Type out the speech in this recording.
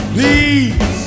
Please